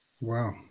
Wow